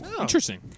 Interesting